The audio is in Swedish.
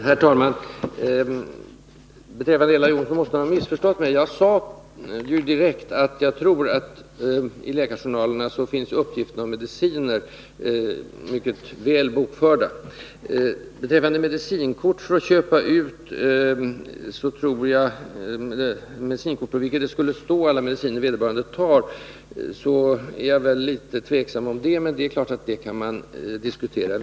Herr talman! Ella Johnsson måste ha missförstått mig. Jag sade ju direkt att jag tror att uppgifter om mediciner är mycket väl bokförda i läkarjournalerna. Beträffande medicinkort där alla mediciner som vederbörande tar skulle vara uppförda, är jag litet tveksam, men det är klart att saken kan diskuteras.